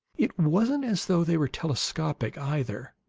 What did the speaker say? it wasn't as though they were telescopic, either.